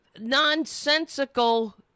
nonsensical